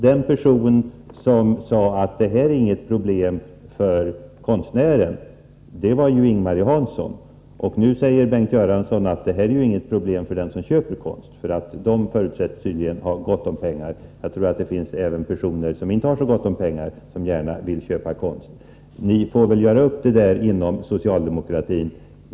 Den som sade att det här inte är något problem för konstnären, var ju Ing-Marie Hansson. Nu säger Bengt Göransson att det inte är något problem för dem som köper konst, för de förutsätts tydligen ha gott om pengar. Jag tror att det finns personer som inte har så gott om pengar men gärna vill köpa konst. Ni får väl göra upp det där inom socialdemokratin.